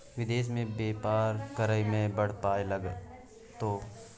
विदेश मे बेपार करय मे बड़ पाय लागतौ